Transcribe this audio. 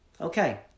Okay